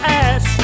ass